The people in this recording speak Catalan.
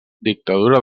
dictadura